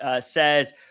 says